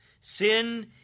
Sin